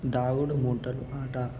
దాగుడుమూతలు ఆట